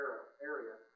area